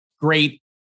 great